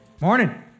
Morning